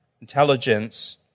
intelligence